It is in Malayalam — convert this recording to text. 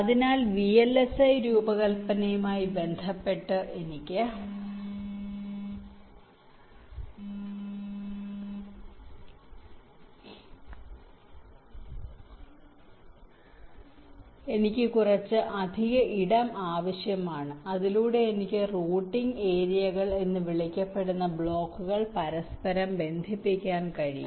അതിനാൽ വിഎൽഎസ്ഐ രൂപകൽപ്പനയുമായി ബന്ധപ്പെട്ട് എനിക്ക് കുറച്ച് അധിക ഇടം ആവശ്യമാണ് അതിലൂടെ എനിക്ക് റൂട്ടിംഗ് ഏരിയകൾ എന്ന് വിളിക്കപ്പെടുന്ന ബ്ലോക്കുകൾ പരസ്പരം ബന്ധിപ്പിക്കാൻ കഴിയും